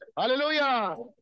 Hallelujah